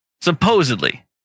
Supposedly